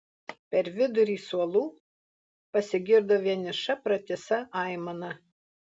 per vidurį suolų pasigirdo vieniša pratisa aimana